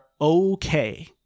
okay